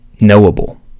knowable